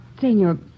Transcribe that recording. Senor